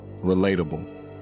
relatable